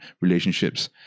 relationships